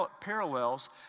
parallels